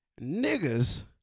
Niggas